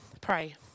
pray